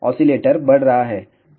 oscillator बढ़ रहा है